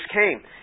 came